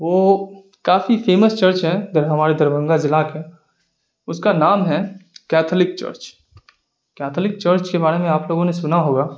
وہ کافی famous church ہے ہمارے دربھنگہ ضلع کا اس کا نام ہیں کیتھلک چرچ کیتھلک چرچ کے بارے میں آپ لوگوں نے سنا ہوگا